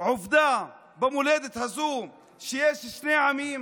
עובדה במולדת הזו שיש שני עמים,